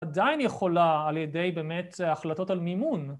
עדיין יכולה על ידי באמת החלטות על מימון